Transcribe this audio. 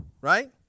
Right